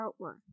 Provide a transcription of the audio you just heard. artwork